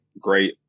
Great